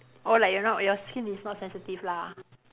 oh like you know your skin is not sensitive lah